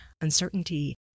uncertainty